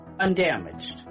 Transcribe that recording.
Undamaged